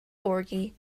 orgy